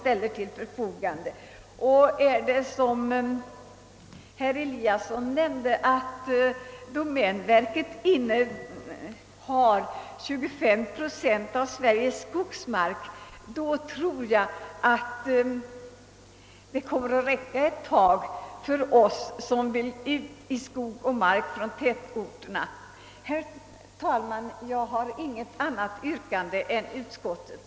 Om det är så som herr Eliasson i Moholm sade, att domänverket har 25 procent av Sveriges skogsmark, tror jag också att det räcker för oss, som från tätorterna vill komma ut i skog och mark utan direkta köp av mark för fritidsändamål. Herr talman! Jag har inget annat yrkande än utskottet.